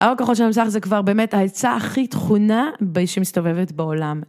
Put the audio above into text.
האור הכחול של המסך זה כבר באמת העצה הכי טחונה שמסתובבת בעולם.